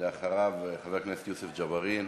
אחריו, חבר הכנסת יוסף ג'בארין.